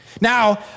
Now